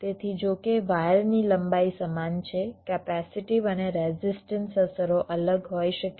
તેથી જો કે વાયરની લંબાઈ સમાન છે કેપેસિટીવ અને રેઝિસ્ટન્સ અસરો અલગ હોઈ શકે છે